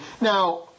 now